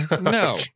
No